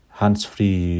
hands-free